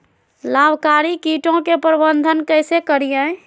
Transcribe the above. लाभकारी कीटों के प्रबंधन कैसे करीये?